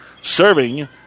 serving